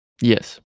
Yes